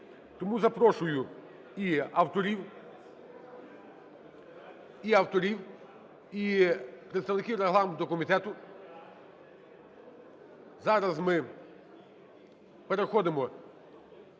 Тому запрошую і авторів, і представників регламентного комітету. Зараз ми переходимо